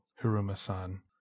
Hiruma-san